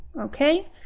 okay